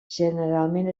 generalment